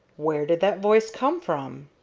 where did that voice come from?